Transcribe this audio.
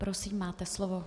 Prosím, máte slovo.